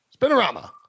Spinorama